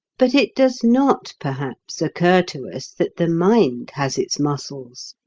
but it does not, perhaps, occur to us that the mind has its muscles,